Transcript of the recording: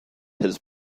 his